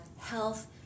health